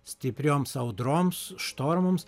stiprioms audroms štormams